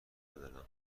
ندارم